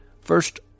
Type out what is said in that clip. First